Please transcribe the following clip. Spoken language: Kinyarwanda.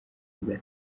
bwa